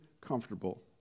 comfortable